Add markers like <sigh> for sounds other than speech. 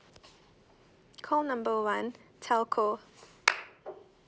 call number one telco <noise>